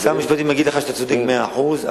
שר המשפטים יגיד לך שאתה צודק במאה אחוז,